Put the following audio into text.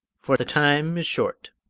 for the time is short.